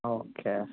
okay